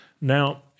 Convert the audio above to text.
Now